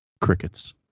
Crickets